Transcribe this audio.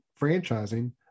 franchising